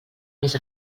més